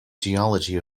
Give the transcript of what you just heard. geology